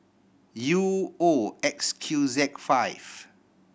U O X Q Z five